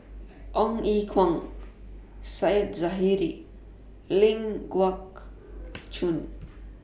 Ong Ye Kung Said Zahari and Ling Geok Choon